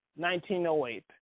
1908